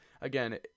again